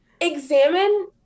Examine